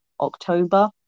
October